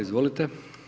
Izvolite.